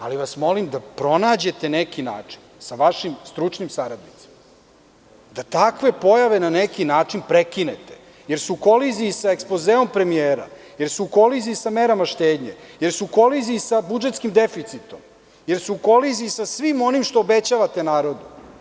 Ali vas molim da pronađete neki način, sa vašim stručnim saradnicima, da takve pojave na neki način prekinete, jer su u koliziji sa ekspozeom premijera, jer su u koliziji sa merama štednje, jer su u koliziji sa budžetskim deficitom, jer su u koliziji sa svim onim što obećavate narodu.